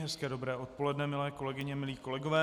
Hezké, dobré odpoledne, milé kolegyně, milí kolegové.